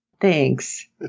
Thanks